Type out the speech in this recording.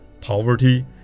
poverty